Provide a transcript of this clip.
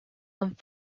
and